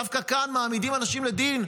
דווקא כאן מעמידים אנשים לדין,